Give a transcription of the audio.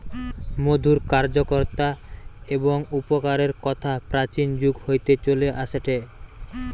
মধুর কার্যকতা এবং উপকারের কথা প্রাচীন যুগ হইতে চলে আসেটে